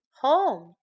home